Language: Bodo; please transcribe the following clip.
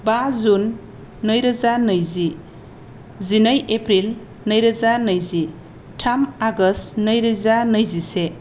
बा जुन नैरोजा नैजि जिनै एप्रिल नैरोजा नैजि थाम आगष्ट नैरोजा नैजिसे